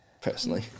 personally